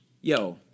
Yo